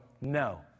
no